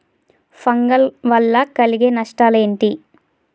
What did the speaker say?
Fungal వల్ల కలిగే నష్టలేంటి?